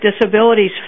disabilities